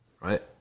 right